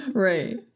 Right